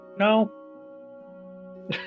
no